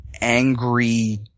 angry